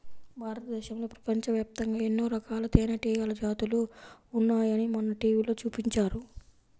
భారతదేశంలో, ప్రపంచవ్యాప్తంగా ఎన్నో రకాల తేనెటీగల జాతులు ఉన్నాయని మొన్న టీవీలో చూపించారు